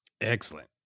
Excellent